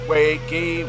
Wakey